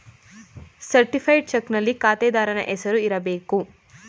certified ಚಕ್ನಲ್ಲಿ ಖಾತೆದಾರನ ಹೆಸರು ಇರಬೇಕು